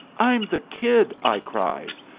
i'm the kid, i cries.